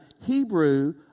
Hebrew